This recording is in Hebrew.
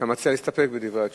אתה מציע להסתפק בדברי התשובה.